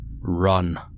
Run